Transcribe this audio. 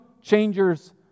changers